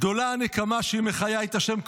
גדולה הנקמה שהיא מחיה את השם,